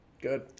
good